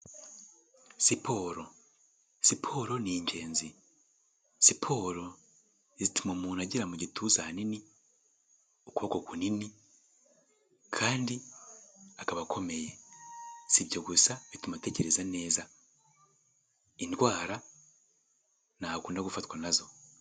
Siporo, siporo ni ingenzi. Siporo zituma umuntu agira mu gituza hanini, ukuboko kunini kandi akaba akomeye. Sibyo gusa bituma atekereza neza. Indwara ntakunda gufatwa nazo.